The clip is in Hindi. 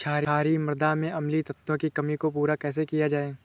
क्षारीए मृदा में अम्लीय तत्वों की कमी को पूरा कैसे किया जाए?